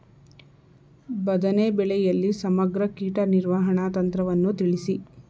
ಬದನೆ ಬೆಳೆಯಲ್ಲಿ ಸಮಗ್ರ ಕೀಟ ನಿರ್ವಹಣಾ ತಂತ್ರವನ್ನು ತಿಳಿಸಿ?